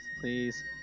please